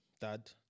dad